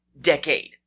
decade